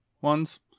ones